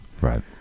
Right